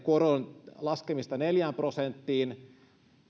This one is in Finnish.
koron laskemista neljään prosenttiin